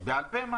בעל-פה.